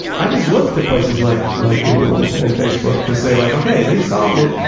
i just look to places like like google and and facebook to say, like okay, they solved it.